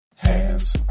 Hands